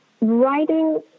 writing